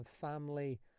family